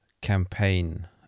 campaign